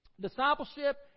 Discipleship